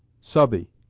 southey,